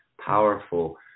powerful